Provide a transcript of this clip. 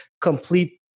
complete